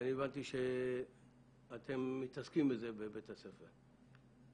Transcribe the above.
הבנתי שאתם מתעסקים בזה בבית הספר,